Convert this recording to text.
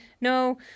no